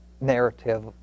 narrative